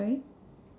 sorry